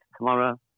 tomorrow